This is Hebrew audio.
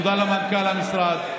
תודה למנכ"ל המשרד,